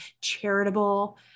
charitable